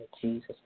Jesus